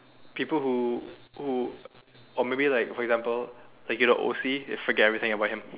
people who who or maybe like for example like you know O_C just forget everything about him